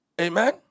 Amen